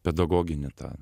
pedagoginį tą